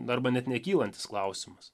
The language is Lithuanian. arba net nekylantis klausimas